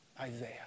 Isaiah